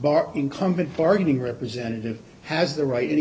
bar incumbent bargaining representative has the right any